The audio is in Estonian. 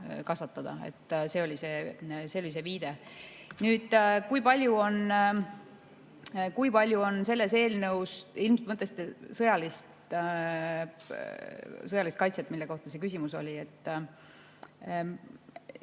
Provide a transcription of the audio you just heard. kasvatada. See oli see viide. Nüüd, kui palju on selles eelnõus ... Te ilmselt mõtlesite sõjalist kaitset, selle kohta see küsimus oli? Me